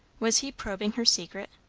was he probing her secret?